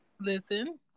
listen